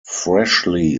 freshly